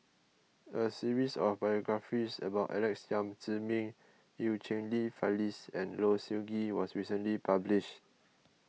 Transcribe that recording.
a series of biographies about Alex Yam Ziming Eu Cheng Li Phyllis and Low Siew Nghee was recently published